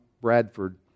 Bradford